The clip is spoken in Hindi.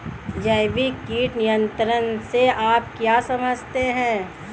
जैविक कीट नियंत्रण से आप क्या समझते हैं?